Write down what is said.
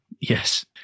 Yes